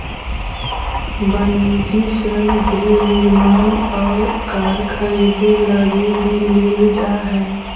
वनिजी ऋण गृह निर्माण और कार खरीदे लगी भी लेल जा हई